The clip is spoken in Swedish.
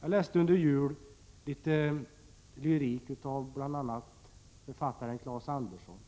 Jag läste under julen litet lyrik av bl.a. Claes Andersson.